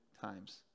times